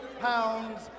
pounds